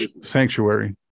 Sanctuary